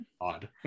odd